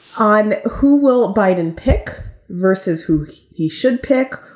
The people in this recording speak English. on who will biden pick versus who he should pick.